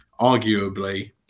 Arguably